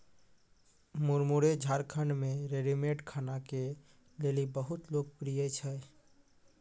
मुरमुरे झारखंड मे रेडीमेड खाना के लेली बहुत लोकप्रिय छै